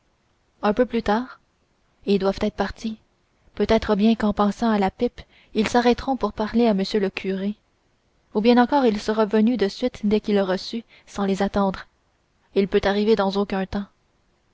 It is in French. un peu plus tard ils doivent être partis peut-être bien qu'en passant à la pipe ils s'arrêteront pour parler à m le curé ou bien encore il sera venu de suite dès qu'il aura su sans les attendre il peut arriver dans aucun temps